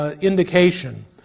indication